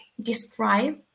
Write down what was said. describe